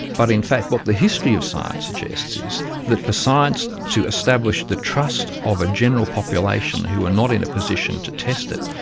but in fact what the history of science suggests is that for science to establish the trust of a general population who are not in a position to test it,